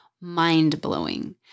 mind-blowing